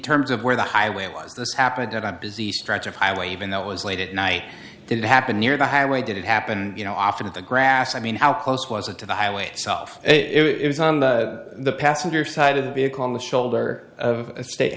terms of where the highway was this happened and i'm busy stretch of highway even though it was late at night it happened near the highway did it happen and you know off at the grass i mean how close was it to the highway stuff it was on the passenger side of the vehicle on the shoulder of a state